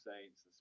Saints